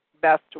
best